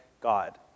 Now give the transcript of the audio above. God